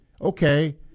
okay